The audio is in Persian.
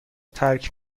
ترک